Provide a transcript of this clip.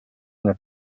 n’est